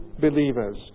believers